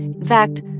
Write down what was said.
in fact,